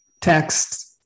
text